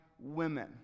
women